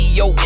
yo